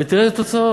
ותראה את התוצאות,